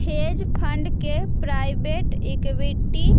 hedge fund के private equity